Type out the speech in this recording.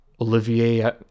Olivier